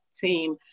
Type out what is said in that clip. team